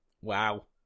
Wow